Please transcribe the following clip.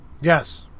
yes